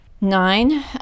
nine